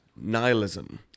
nihilism